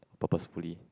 purposefully